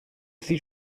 sie